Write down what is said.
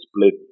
split